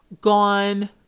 gone